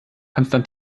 treffen